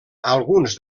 alguns